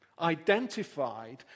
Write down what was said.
identified